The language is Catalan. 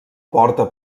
porta